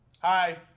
Hi